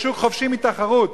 יש שוק חופשי מתחרות.